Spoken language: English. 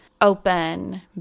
open